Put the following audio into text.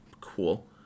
Cool